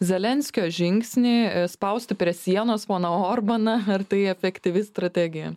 zelenskio žingsnį e spausti prie sienos poną orbaną ar tai efektyvi strategija